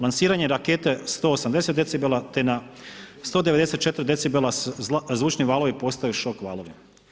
Lansiranje rakete 180 decibela te na 194 decibela zvučni valovi postaju šok valovi.